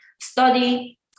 study